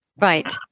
Right